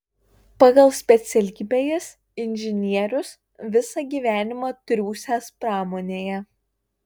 pagal specialybę jis inžinierius visą gyvenimą triūsęs pramonėje